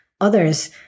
others